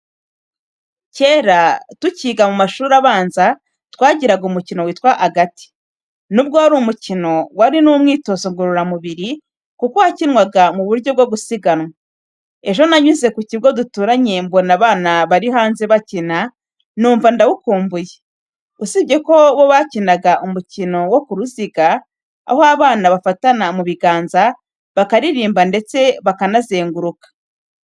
Kera, tucyiga mu mashuri abanza, twagiraga umukino witwa agati. Nubwo wari umukino, wari n’umwitozo ngororamubiri kuko wakinwaga mu buryo bwo gusiganwa. Ejo nanyuze ku kigo duturanye mbona abana bari hanze bakina, numva ndawukumbuye. Usibye ko bo bakinaga umukino wo ku ruziga, aho abana bafatana mu biganza, bakaririmba ndetse banazenguruka.